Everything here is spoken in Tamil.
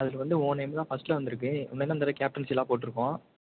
அதில் வந்து உன் நேம் தான் ஃபஸ்ட்டில் வந்துருக்குது உன்னை தான் இந்த தட கேப்டன்ஸில் போட்டுருக்கோம்